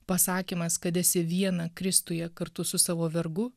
pasakymas kad esi viena kristuje kartu su savo vergu